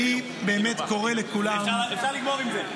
אני באמת קורא לכולם --- אפשר לגמור עם זה.